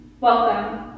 Welcome